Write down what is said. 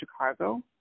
Chicago